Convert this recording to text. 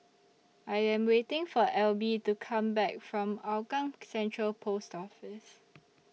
I Am waiting For Alby to Come Back from Hougang Central Post Office